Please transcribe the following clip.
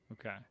Okay